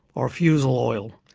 or fusel oil.